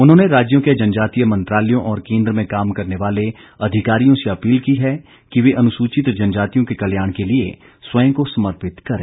उन्होंने राज्यों के जनजातीय मंत्रालयों और केंद्र में काम करने वाले अधिकारियों से अपील की है कि वे अनुसूचित जनजातियों के कल्याण के लिए स्वयं को समर्पित करें